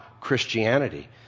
Christianity